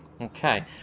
Okay